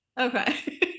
Okay